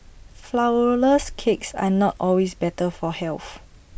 Flourless Cakes are not always better for health